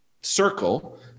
circle